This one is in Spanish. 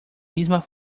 misma